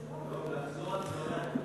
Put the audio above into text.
לחזור על דבריה,